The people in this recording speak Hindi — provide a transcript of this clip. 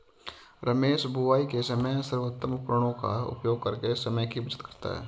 रमेश बुवाई के समय सर्वोत्तम उपकरणों का उपयोग करके समय की बचत करता है